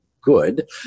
good